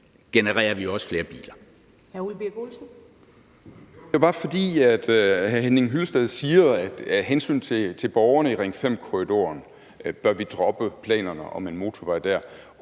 Olesen (LA): Det er bare, fordi hr. Henning Hyllested siger, at vi af hensyn til borgerne i Ring 5-korridoren bør droppe planerne om en motorvej der.